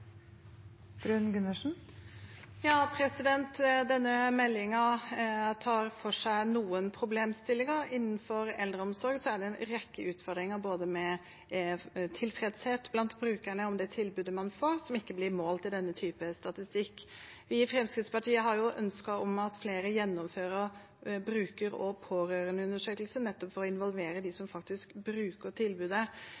blir replikkordskifte. Denne meldingen tar for seg noen problemstillinger innenfor eldreomsorg. Så er det en rekke utfordringer, både med tilfredshet blant brukerne og omkring det tilbudet man får, som ikke blir målt i denne typen statistikk. Vi i Fremskrittspartiet har ønske om at flere gjennomfører bruker- og pårørendeundersøkelser, nettopp for å involvere dem som